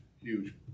huge